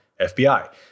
FBI